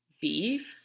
beef